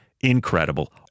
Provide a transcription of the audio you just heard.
incredible